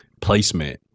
placement